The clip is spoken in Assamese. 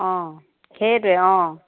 অঁ সেইটোৱে অঁ